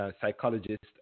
psychologist